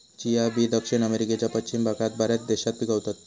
chia बी दक्षिण अमेरिकेच्या पश्चिम भागात बऱ्याच देशात पिकवतत